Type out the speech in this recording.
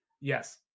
Yes